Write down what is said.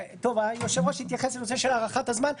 היושב-ראש התייחס לנושא של הארכת הזמן.